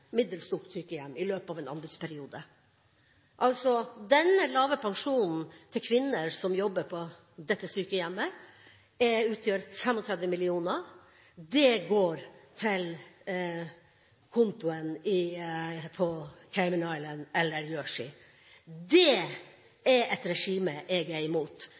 sykehjem i løpet av en anbudsperiode. Den lave pensjonen til kvinner som jobber på dette sykehjemmet, utgjør 35 mill. kr som går til kontoen på Cayman Islands eller Jersey. Det er et regime jeg er imot.